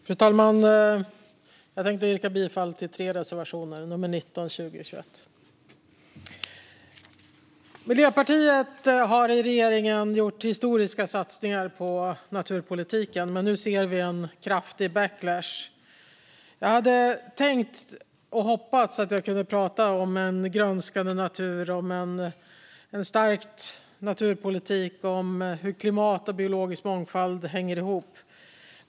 Fru talman! Jag yrkar bifall till tre reservationer: 19, 20 och 21. Miljöpartiet har i regering gjort historiska satsningar på naturpolitiken, men nu ser vi en kraftig backlash. Jag hade hoppats kunna prata om grönskande natur och stärkt naturpolitik och om hur klimat och biologisk mångfald hänger ihop.